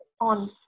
on